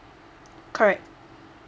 correct